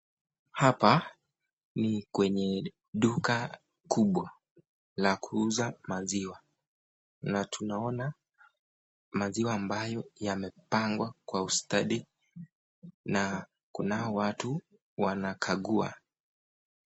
Hapa ni kwenye duka kubwa la kuuza maziwa, na tunaona maziwa ambayo yamepangwa kwa ustadi na kunao watu wanakagua.